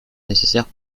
nécessaires